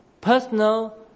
personal